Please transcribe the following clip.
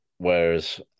Whereas